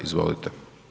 Izvolite.